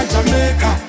Jamaica